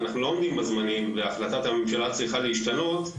אנחנו לא עומדים בזמנים והחלטת הממשלה צריכה להשתנות.